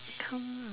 he term